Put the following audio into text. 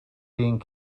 being